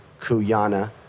Kuyana